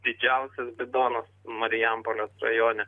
didžiausias bidonas marijampolės rajone